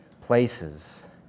places